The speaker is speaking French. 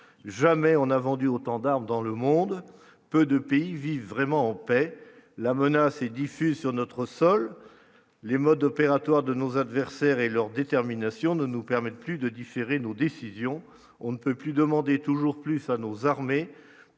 jamais on a vendu autant d'armes dans le monde, peu de pays vivent vraiment en paix, la menace est diffusée sur notre sol les modes opératoires de nos adversaires et leur détermination ne nous permettent plus de différer nos décisions, on ne peut plus demander toujours plus à nos armées